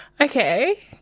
Okay